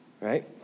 right